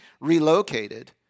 relocated